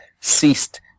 ceased